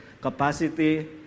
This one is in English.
capacity